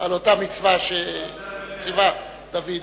מצווה שציווה דוד.